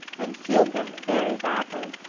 and sealed them very badly.